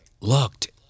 looked